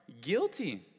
guilty